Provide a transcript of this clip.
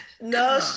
No